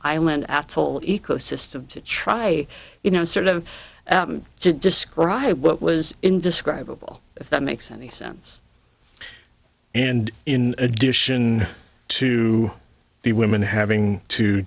am an asshole ecosystem to try you know sort of to describe what was indescribable if that makes any sense and in addition to the women having to